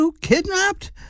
kidnapped